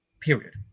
period